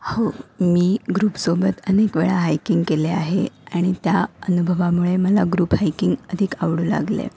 हो मी ग्रुपसोबत अनेक वेळा हायकिंग केले आहे आणि त्या अनुभवामुळे मला ग्रुप हायकिंग अधिक आवडू लागले आहे